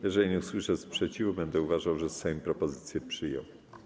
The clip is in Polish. Jeżeli nie usłyszę sprzeciwu, będę uważał, że Sejm propozycję przyjął.